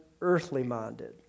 earthly-minded